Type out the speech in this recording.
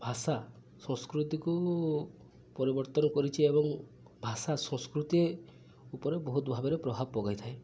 ଭାଷା ସଂସ୍କୃତିକୁ ପରିବର୍ତ୍ତନ କରିଛି ଏବଂ ଭାଷା ସଂସ୍କୃତି ଉପରେ ବହୁତ ଭାବରେ ପ୍ରଭାବ ପକାଇଥାଏ